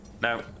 No